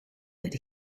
that